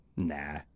Nah